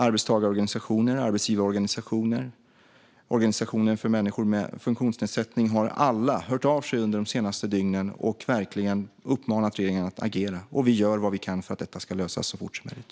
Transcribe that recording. Arbetstagarorganisationer, arbetsgivarorganisationer och organisationer för människor med funktionsnedsättning har alla hört av sig under de senaste dygnen och verkligen uppmanat regeringen att agera. Vi gör vad vi kan för att detta ska lösas så fort som möjligt.